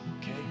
Okay